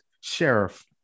sheriff